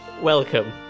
welcome